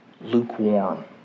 lukewarm